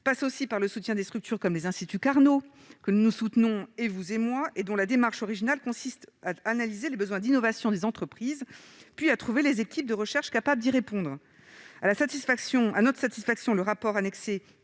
passe aussi par le soutien de structures comme les instituts Carnot, que nous soutenons et vous et moi, et dont la démarche originale consiste à analyser les besoins d'innovation des entreprises, puis à trouver les équipes de recherche capables d'y répondre. À notre satisfaction, le rapport annexé